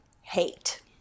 hate